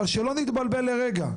אבל שלא נתבלבל לרגע.